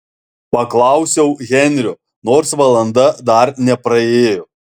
paklausiau henrio nors valanda dar nepraėjo